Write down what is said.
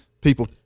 people